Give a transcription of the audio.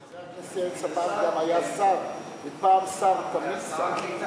חבר הכנסת צבן גם היה שר, ופעם שר, תמיד שר.